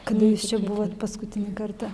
kada jūs čia buvot paskutinį kartą